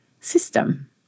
system